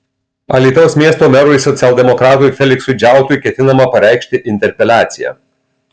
alytaus miesto merui socialdemokratui feliksui džiautui ketinama pareikšti interpeliaciją